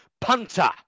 punter